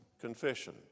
confession